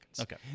Okay